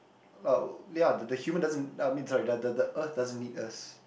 oh ya the the human doesn't uh I mean sorry the the the earth doesn't need us